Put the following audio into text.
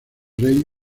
rey